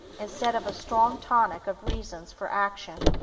instead of a strong tonic of reasons for action.